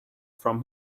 from